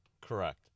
Correct